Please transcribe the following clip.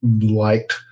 liked